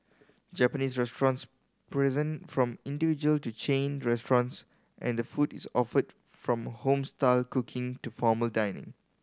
Japanese restaurants present from individual to chain restaurants and the food is offered from home style cooking to formal dining